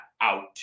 out